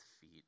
feet